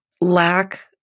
lack